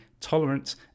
tolerance